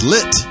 Lit